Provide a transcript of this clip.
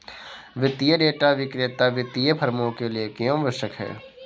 वित्तीय डेटा विक्रेता वित्तीय फर्मों के लिए क्यों आवश्यक है?